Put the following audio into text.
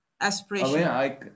Aspiration